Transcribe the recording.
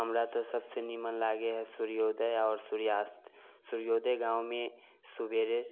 हमरा तऽ सभसँ निमन लागै है सूर्योदय आओर सूर्यास्त सूर्योदय गाँवमे सुबेरे